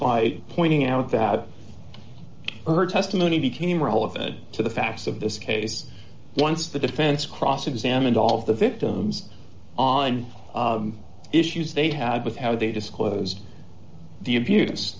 by pointing out that her testimony became relevant to the facts of this case once the defense cross examined all of the victims on issues they had with how they disclosed the abuse